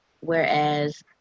whereas